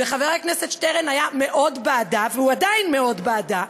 וחבר הכנסת שטרן היה מאוד בעדה,